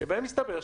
שבהם הסתבר,